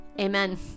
Amen